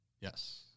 Yes